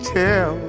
tell